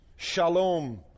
shalom